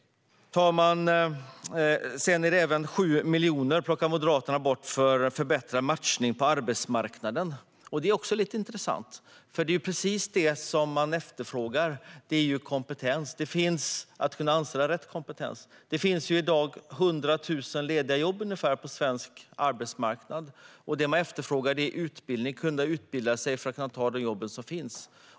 Herr talman! Moderaterna plockar även bort 7 miljoner till förbättrad matchning på arbetsmarknaden. Det är också lite intressant, för det är ju precis detta man efterfrågar: att kunna anställa rätt kompetens. Det finns i dag ungefär hundra tusen lediga jobb på svensk arbetsmarknad, och det som efterfrågas är utbildning - att människor ska kunna utbilda sig för att kunna ta de jobb som finns.